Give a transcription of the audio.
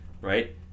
right